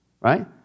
right